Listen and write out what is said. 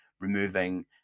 Removing